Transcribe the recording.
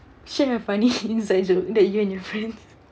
share a funny inside joke that you and your friends